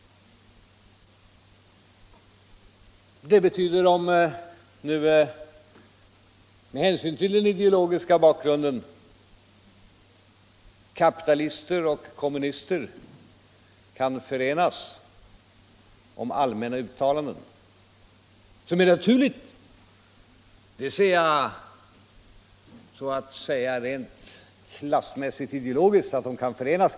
Ifall nu — med hänsyn till den ideologiska bakgrunden — kapitalister och kommunister kan förenas om allmänna uttalanden, så ser jag det så att säga rent klassmässigt-ideologiskt som naturligt.